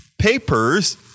papers